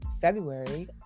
February